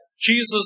Jesus